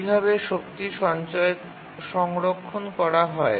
এইভাবে শক্তি সংরক্ষণ করা হয়